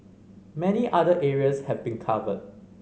many other areas have been covered